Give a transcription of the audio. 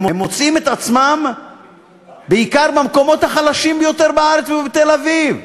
הם מוצאים את עצמם בעיקר במקומות החלשים ביותר בארץ ובתל-אביב.